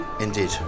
Indeed